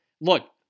look